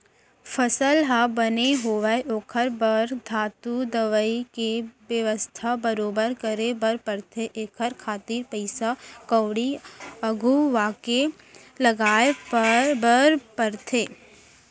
फसल ह बने होवय ओखर बर धातु, दवई के बेवस्था बरोबर करे बर परथे एखर खातिर पइसा कउड़ी अघुवाके लगाय बर परथे